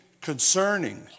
concerning